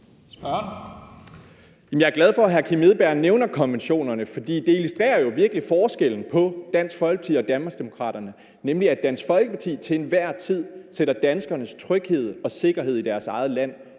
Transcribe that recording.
Jeg er glad for, at hr. Kim Edberg Andersen nævner konventionerne, for det illustrerer jo virkelig forskellene på Dansk Folkeparti og Danmarksdemokraterne, nemlig at Dansk Folkeparti til enhver tid sætter danskernes tryghed og sikkerhed i deres eget land